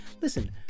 Listen